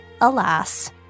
alas